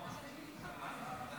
אני פונה בנאום הזה